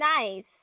nice